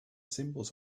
symbols